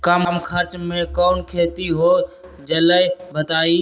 कम खर्च म कौन खेती हो जलई बताई?